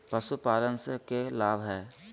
पशुपालन से के लाभ हय?